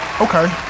Okay